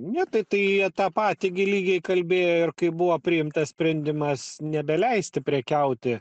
ne tai tai jie tą patį gi lygiai kalbėjo ir kaip buvo priimtas sprendimas nebeleisti prekiauti